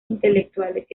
intelectuales